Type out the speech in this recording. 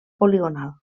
poligonal